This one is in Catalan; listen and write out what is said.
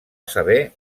saber